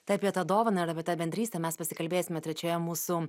tai apie tą dovaną ir apie tą bendrystę mes pasikalbėsime trečioje mūsų